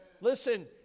Listen